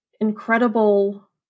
incredible